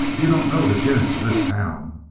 you don't know the gents in this town.